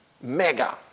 Mega